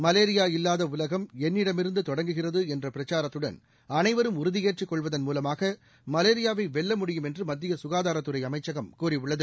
malaria இல்லாத உலகம் என்னிடமிருந்து தொடங்குகிறது என்ற பிரச்சாரத்துடன் அனைவரும் உறுதியேற்று கொள்வதன் மூலமாக மலேரியாவை வெல்ல முடியும் என்று மத்திய சுகாதாரத்துறை அமைச்சகம் கூறியுள்ளது